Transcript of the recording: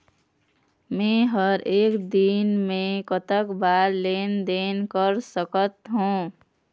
मे हर एक दिन मे कतक बार लेन देन कर सकत हों?